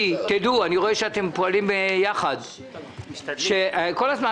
אני רואה שאתם פועלים יחד כל הזמן